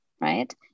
right